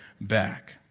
back